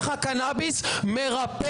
שצמח הקנביס מרפא,